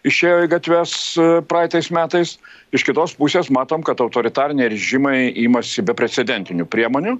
išėjo į gatves praeitais metais iš kitos pusės matom kad autoritariniai režimai imasi beprecedenčių priemonių